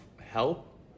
help